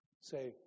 say